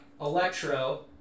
Electro